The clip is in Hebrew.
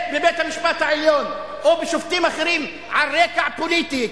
מבית-המשפט העליון או בשופטים אחרים על רקע פוליטי,